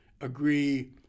agree